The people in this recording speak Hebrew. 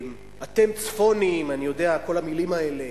אתם צפונים אני יודע, כל המלים האלה.